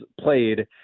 played